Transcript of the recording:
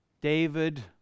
David